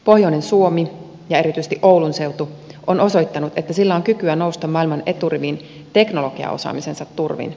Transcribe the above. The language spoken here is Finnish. pohjoinen suomi ja erityisesti oulun seutu on osoittanut että sillä on kykyä nousta maailman eturiviin teknologiaosaamisensa turvin